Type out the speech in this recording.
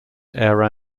air